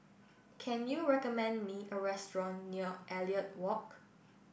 can you recommend me a restaurant near Elliot Walk